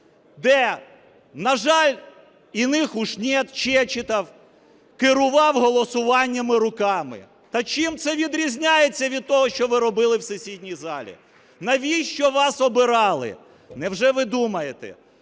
де, на жаль, иных уж нет, Чечетов керував голосуванням руками. Та чим це відрізняється від того, що ви робили в сесійній залі? Навіщо вас обирали? Невже ви думаєте,